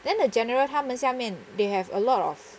then the general 他们下面 they have a lot of